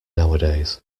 nowadays